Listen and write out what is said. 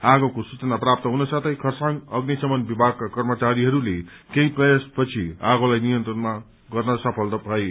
आगोको सूचना प्राप्त हुन साथै खरसाङ अग्नि शमन विभागका कर्मचारीहरूले केही प्रयास पछि आगोलाई नियन्त्रण गर्न सफल भए